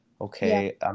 okay